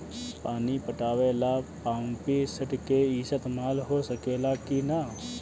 पानी पटावे ल पामपी सेट के ईसतमाल हो सकेला कि ना?